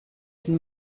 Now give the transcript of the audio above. den